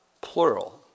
plural